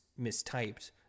mistyped